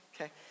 Okay